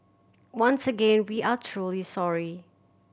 once again we are truly sorry